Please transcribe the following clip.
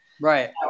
Right